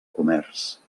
comerç